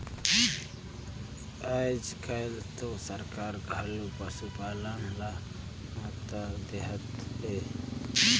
आयज कायल तो सरकार हर घलो पसुपालन ल महत्ता देहत हे